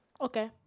Okay